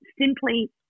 simply